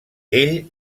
ell